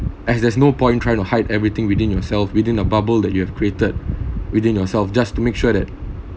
as there is no point trying to hide everything within yourself within a bubble that you have created within yourself just to make sure that